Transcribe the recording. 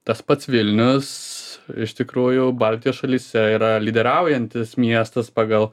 tas pats vilnius iš tikrųjų baltijos šalyse yra lyderiaujantis miestas pagal